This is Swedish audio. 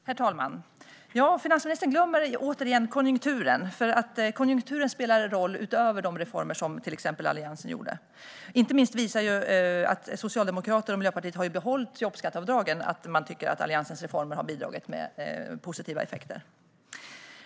Herr talman! Finansministern glömmer återigen konjunkturen, som spelar en roll utöver de reformer som till exempel Alliansen genomförde. Att Socialdemokraterna och Miljöpartiet tycker att Alliansens reformer har bidragit med positiva effekter visar sig inte minst genom att man har behållit jobbskatteavdragen.